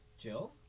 Jill